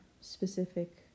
specific